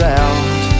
out